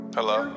Hello